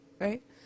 right